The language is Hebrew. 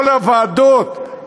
כל הוועדות,